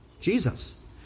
Jesus